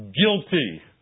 guilty